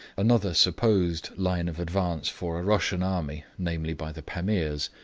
another supposed line of advance for a russian army, namely by the pamirs,